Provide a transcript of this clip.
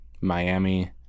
Miami